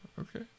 Okay